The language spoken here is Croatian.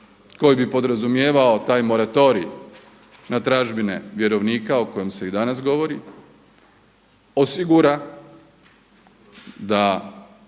koji bi podrazumijevao taj moratorij na tražbine vjerovnika o kojem se i danas govori, osigura da